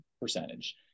percentage